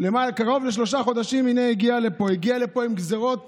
קרוב לשלושה חודשים, הגיע לפה, הגיע לפה עם גזרות